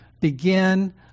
begin